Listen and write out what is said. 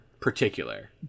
particular